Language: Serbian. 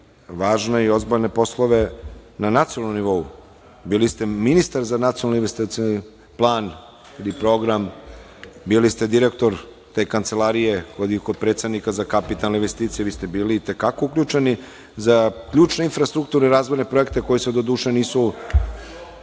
važne i ozbiljne poslove na nacionalnom nivou. Bili ste ministar za nacionalni investicioni plan ili program. Bili ste direktor te kancelarije kod predsednika za kapitalne investicije. Vi ste bili i te kako uključeni za ključne infrastrukturne razvojne projekte koji se doduše nisu